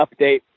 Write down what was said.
update